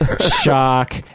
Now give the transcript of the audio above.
shock